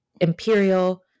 imperial